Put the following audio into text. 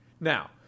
Now